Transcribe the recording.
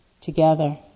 together